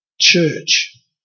church